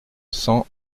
cent